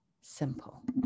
simple